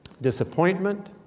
disappointment